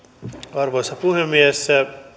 arvoisa puhemies